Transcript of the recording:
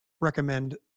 recommend